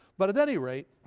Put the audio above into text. but at any rate